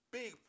big